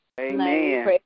Amen